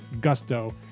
Gusto